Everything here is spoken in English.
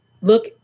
look